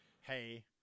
hey